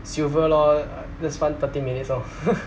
silver lor just run thirteen minutes lor